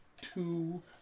two